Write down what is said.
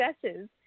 successes